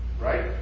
right